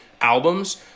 albums